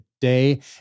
day